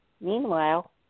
Meanwhile